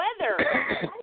weather